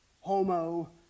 homo